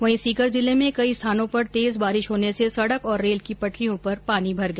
वहीं सीकर जिले में कई स्थानों पर तेज बारिश होने से सड़क और रेल की पटरियों पर पानी भर गया